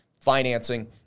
Financing